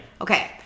Okay